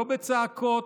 לא בצעקות,